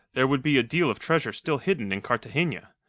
there would be a deal of treasure still hidden in cartagena.